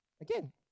again